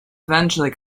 eventually